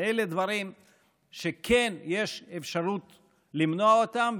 ואלה דברים שכן יש אפשרות למנוע אותם,